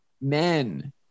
men